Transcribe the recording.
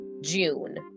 June